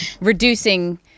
reducing